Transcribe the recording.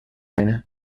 dina